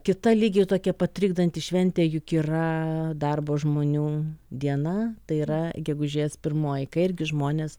kita lygiai tokia pat trikdanti šventė juk yra darbo žmonių diena tai yra gegužės pirmoji kai irgi žmonės